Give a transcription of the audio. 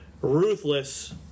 ruthless